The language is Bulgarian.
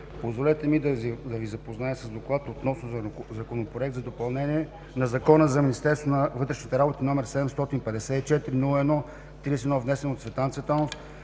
Позволете ми да ви запозная с: „ДОКЛАД относно Законопроект за допълнение на Закона за Министерство на вътрешните работи, № 754-01-31, внесен от Цветан Цветанов